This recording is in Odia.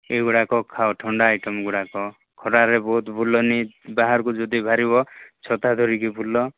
ଏଗୁଡ଼ାକ ଖାଅ ଥଣ୍ଡା ଆଇଟମ୍ ଗୁଡ଼ାକ ଖରାରେ ବହୁତ ବୁଲନି ବାହାରକୁ ଯଦି ବାହାରିବ ଛତା ଧରିକି ବୁଲ